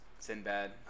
Sinbad